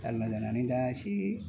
जाल्ला जानानै दा एसे